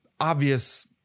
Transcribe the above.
obvious